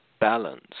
balance